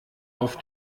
auf